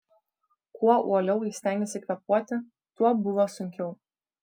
kuo uoliau ji stengėsi kvėpuoti tuo buvo sunkiau